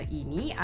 ini